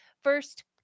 first